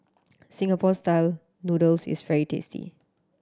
Singapore Style Noodles is very tasty